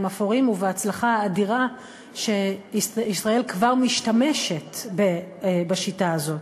אפורים ובהצלחה האדירה שישראל כבר משתמשת בשיטה הזו.